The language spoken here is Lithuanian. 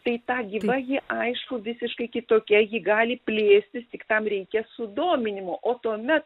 tai ta gyva ji aišku visiškai kitokia ji gali plėstis tik tam reikia sudominimo o tuomet